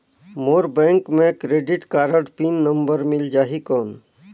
मोर bank मे credit card pin number मिल जाहि कौन?